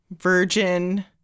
virgin